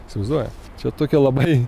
įsivaizduojat čia tokia labai